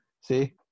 See